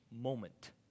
moment